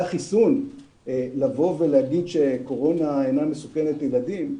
חיסון להגיד שקורונה איננה מסוכנת לילדים,